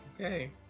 Okay